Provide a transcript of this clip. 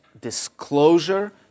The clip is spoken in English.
disclosure